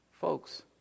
folks